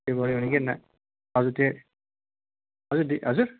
त्यो गर्यो भने के ना हजुर त्यो हजुर त्यो हजुर